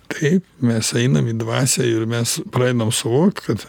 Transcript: taip mes einam į dvasią ir mes pradedam suvokt kad